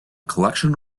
collection